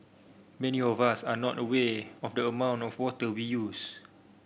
many of us are not aware of the amount of water we use